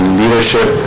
leadership